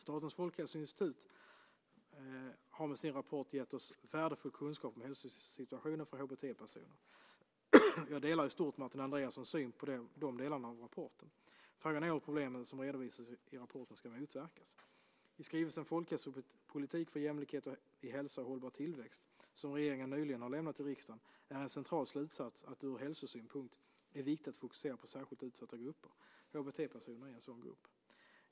Statens folkhälsoinstituts rapport har gett oss värdefull kunskap om hälsosituationen för HBT-personer. Jag delar i stort Martin Andreassons syn på de delarna av rapporten. Frågan är hur problemen som redovisas i rapporten ska motverkas. I skrivelsen Folkhälsopolitik för jämlikhet i hälsa och hållbar tillväxt , som regeringen nyligen har lämnat till riksdagen, är en central slutsats att det ur hälsosynpunkt är viktigt att fokusera på särskilt utsatta grupper. HBT-personer är en sådan grupp.